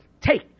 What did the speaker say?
take